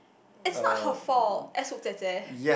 it's not her fault